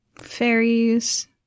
Fairies